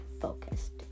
focused